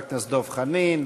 חבר הכנסת דב חנין,